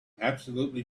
absolutely